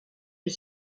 est